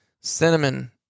cinnamon